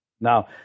Now